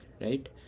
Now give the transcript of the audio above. right